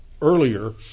earlier